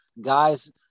guys